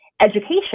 education